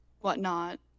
whatnot